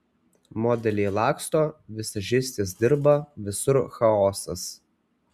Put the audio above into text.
modeliai laksto vizažistės dirba visur chaosas